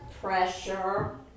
pressure